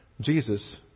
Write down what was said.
Jesus